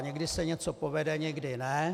Někdy se něco povede, někdy ne.